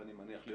ואני מניח,